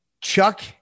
Chuck